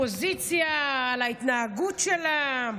מאשים את האופוזיציה על ההתנהגות שלה: